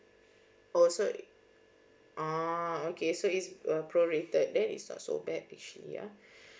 oh so oh okay so is err prorated then is not so bad actually ya